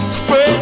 spread